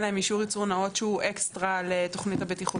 להם אישור ייצור נאות שהוא אקסטרה לתוכנית הבטיחות,